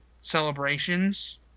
celebrations